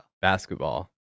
basketball